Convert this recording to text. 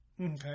Okay